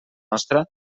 nostra